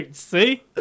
see